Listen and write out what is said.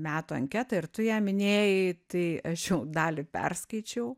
metų anketą ir tu ją minėjai tai aš jau dalį perskaičiau